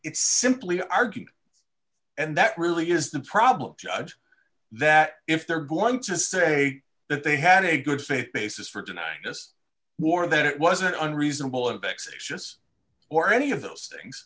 it's simply argued and that really is the problem judge that if they're going to say that they had a good faith basis for tonight this war that it wasn't unreasonable and vexatious or any of those things